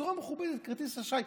בצורה מכובדת, כרטיס אשראי.